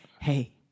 hey